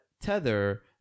tether